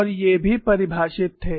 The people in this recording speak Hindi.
और ये भी परिभाषित थे